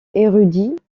érudits